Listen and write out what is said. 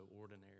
ordinary